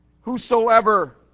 whosoever